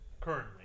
Currently